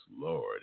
Lord